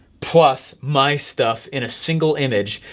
plus my stuff in a single image,